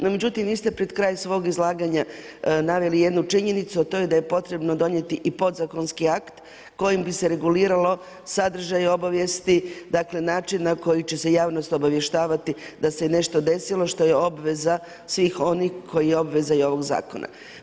No, međutim, niste pred kraj svog izlaganja naveli jednu činjenicu, a to je da je potrebno donijeti i podzakonski akt, kojim bi se reguliralo, sadržaj, obavijesti, dakle, način na koji će se javnost obavještavati da se je nešto desilo, što je obveza svih oni koji obveza i ovog zakona.